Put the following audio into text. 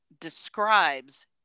describes